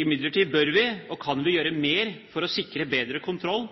Imidlertid bør vi, og kan vi, gjøre mer for å sikre bedre kontroll